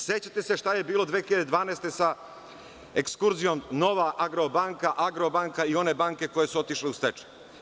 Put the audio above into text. Sećate se šta je bilo 2012. godine sa ekskurzijom „Nova Agrobanka“ i one banke koje su otišle u stečaj?